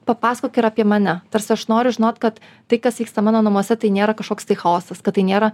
papasakok ir apie mane tarsi aš noriu žinot kad tai kas vyksta mano namuose tai nėra kažkoks tai chaosas kad tai nėra